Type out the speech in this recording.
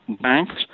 banks